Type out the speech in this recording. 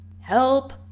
help